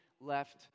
left